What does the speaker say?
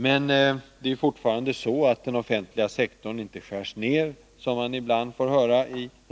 Men det är fortfarande så att den offentliga sektorn inte skärs ned — som man ibland får höra —